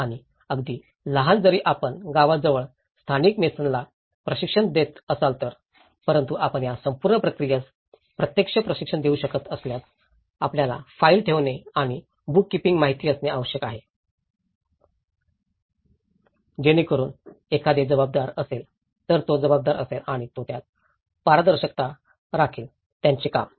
आणि अगदी लहान जरी आपण गावाजवळ स्थानिक मेसनला प्रशिक्षण देत असाल तर परंतु आपण या संपूर्ण प्रक्रियेस प्रत्यक्ष प्रशिक्षण देऊ शकत असल्यास आपल्याला फाईल ठेवणे आणि बुककीपिंग माहित असणे आवश्यक आहे जेणेकरुन एखादे जबाबदार असेल तर तो जबाबदार असेल आणि तो त्यात पारदर्शकता राखेल त्याचे काम